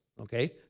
okay